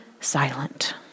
silent